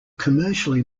commercially